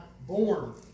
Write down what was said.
born